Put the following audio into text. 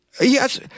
Yes